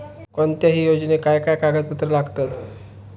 कोणत्याही योजनेक काय काय कागदपत्र लागतत?